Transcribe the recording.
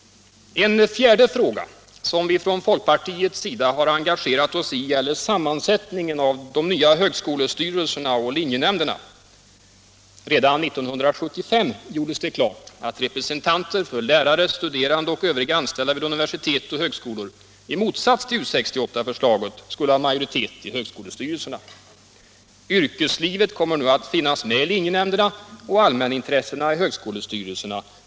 En fjärde fråga som vi från folkpartiets sida har engagerat oss i gäller sammansättningen av de nya högskolestyrelserna och linjenämnderna. Redan 1975 gjordes det klart att representanter för studerande, lärare och övriga anställda vid universitet och högskolor i motsats till U 68 förslaget skall ha majoritet i högskolestyrelserna. Yrkeslivet kommer nu att finnas med i linjenämnderna och allmänintressena i högskolestyrelserna.